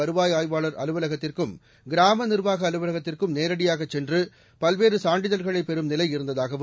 வருவாய் ஆய்வாளர் அலுவலகத்திற்கும் கிராம நிர்வாக அலுவலத்திற்கும் நேரடியாக சென்று பல்வேறு சான்றிதழ்களை பெறும் நிலை இருந்ததாகவும்